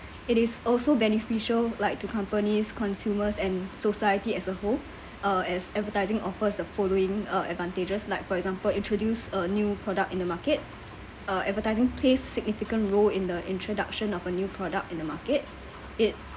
it is also beneficial like to companies consumers and society as a whole uh as advertising offers the following uh advantages like for example introduce a new product in the market uh advertising place significant role in the introduction of a new product in the market it